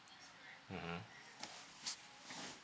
mmhmm